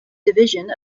division